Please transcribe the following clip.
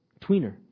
tweener